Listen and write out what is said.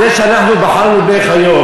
זה שאנחנו בחרנו בך היום,